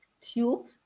tube